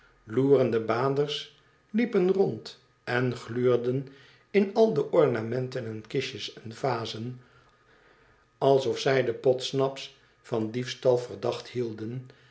loerende baders liepen rond en gluurden in al de ornamenten en kistjes en vazen alsof zij de podsnaps van dietal verdacht hielden